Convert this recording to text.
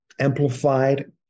amplified